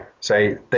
Say